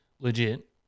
legit